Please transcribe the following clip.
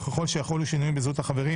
וככל שיחולו שינויים בזהות החברים